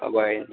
भयो भने